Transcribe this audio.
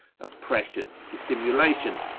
oppression, dissimulation,